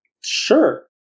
Sure